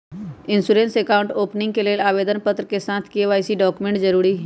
insurance account opening के लेल आवेदन पत्र के साथ के.वाई.सी डॉक्यूमेंट जरुरी हइ